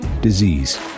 disease